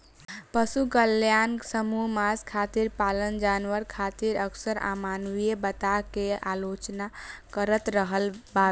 पशु कल्याण समूह मांस खातिर पालल जानवर खातिर अक्सर अमानवीय बता के आलोचना करत रहल बावे